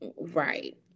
Right